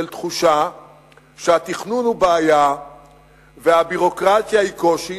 תחושה שהתכנון הוא בעיה והביורוקרטיה היא קושי,